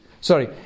sorry